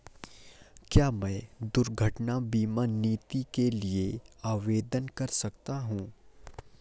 क्या मैं दुर्घटना बीमा नीति के लिए आवेदन कर सकता हूँ?